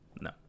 No